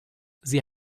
sie